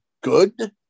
good